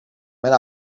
mijn